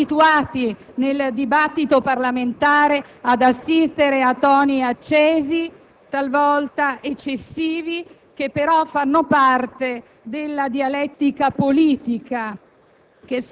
Siamo abituati nel dibattito parlamentare ad assistere a toni accesi, talvolta eccessivi, che però fanno parte della dialettica politica